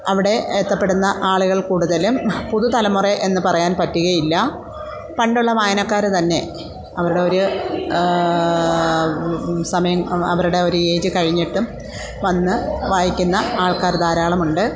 അവിടെ എത്തപ്പെടുന്ന ആളുകൾ കൂടുതലും പുതുതലമുറയെന്ന് പറയാൻ പറ്റുകയില്ല പണ്ടുള്ള വായനക്കാർ തന്നെ അവരുടെ ഒരു സമയം അവരുടെ ഒരു ഏയ്ജ് കഴിഞ്ഞിട്ടും വന്ന് വായിക്കുന്ന ആൾക്കാർ ധാരാളമുണ്ട്